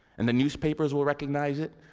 and the newspapers will recognize it,